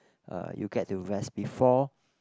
uh you get to rest before